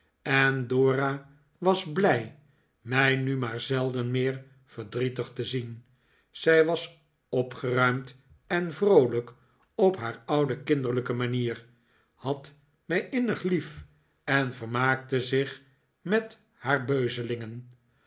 en dora was blij mij nu maar zelden meer verdrietig te zien zij was opgeruimd en vroolijk op haar oude kinderlijke manier had mij innig lief en vermaakte zich met haar beuzelingen